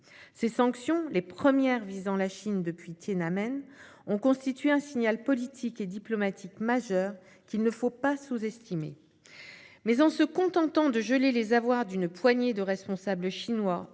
Ces sanctions, les premières visant la Chine depuis Tiananmen, ont constitué un signal politique et diplomatique majeur, qu'il ne faut pas sous-estimer. Mais, en se contentant de geler les avoirs d'une poignée de responsables chinois